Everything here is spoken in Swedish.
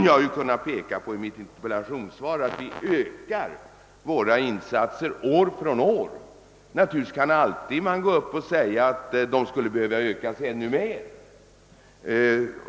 Jag har ju i mitt interpellationssvar kunnat peka på att vi ökar våra insatser år från år. Det kan naturligtvis alltid sägas att de skulle behöva ökas ännu mer.